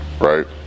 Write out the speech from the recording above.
right